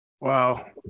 Wow